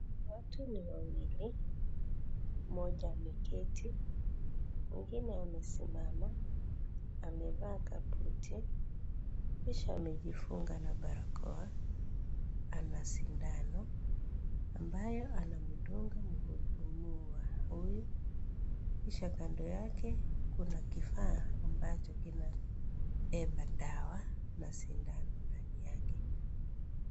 Watu ni wawili, Mmoja ameketi, mwingine amesimama. Amevaa kaputi, kisha amejifunga na barakoa, ana sindano, ambayo anamdunga mgonjwa huyu, kisha kando yake kuna kifaa ambacho kinabeba dawa na sindano ndani yake.